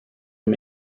him